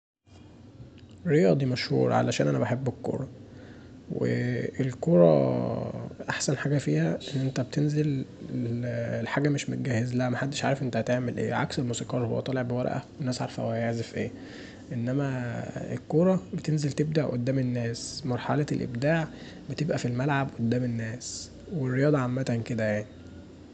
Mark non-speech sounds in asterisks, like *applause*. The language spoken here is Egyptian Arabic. رياضي مشهور عشان انا بحب الكوره، والكوره احسن حاجه *noise* فيها انت بتنزل لحاجه مش متجهزلها، محدش عارف انت هتعمل ايه، عكس الموسيقار بيبقي طالع بورقه الناس عارفه هو هيعزف ايه انما الكوره بتنزل تبدع قدام الناس مرحلة الابداع بتبقي في الملعب قدام الناس، والرياضه عامة كدا يعني.